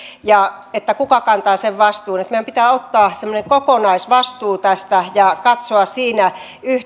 niin pitää miettiä kuka kantaa sen vastuun meidän pitää ottaa semmoinen kokonaisvastuu tästä ja katsoa siinä